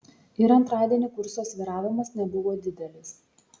ir antradienį kurso svyravimas nebuvo didelis